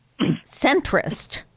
centrist